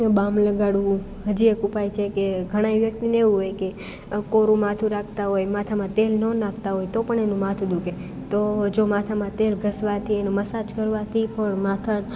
બામ લગાડવું હજી એક ઉપાય છે કે ઘણાય વ્યક્તિને એવું હોય કે કોરું માથું રાખતા હોય માથામાં તેલ ના નાખતા હોય તો પણ એનું માથું દુખે તો જો માથામાં તેલ ઘસવાથી એનું મસાજ કરવાથી પણ માથા